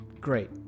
Great